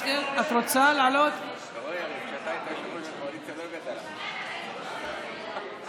אחד מהאירועים היפים ביותר בכנסת זה כשאנחנו היינו כאן בממשלות הקודמות,